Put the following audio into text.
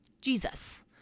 Jesus